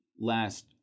last